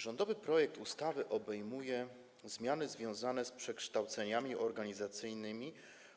Rządowy projekt ustawy obejmuje zmiany związane z przekształceniami organizacyjnymi